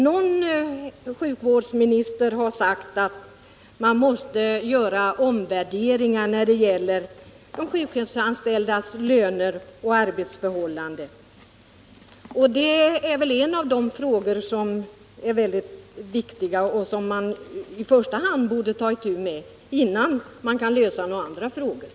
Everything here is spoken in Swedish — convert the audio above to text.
Någon sjukvårdsminister har sagt att man måste göra omvärderingar när det gäller de sjukhusanställdas löner och arbetsförhållanden. Det är en av de frågor som är viktiga och som man borde ta itu med innan man kan lösa några andra problem.